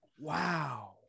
Wow